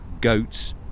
goats